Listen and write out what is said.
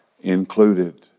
included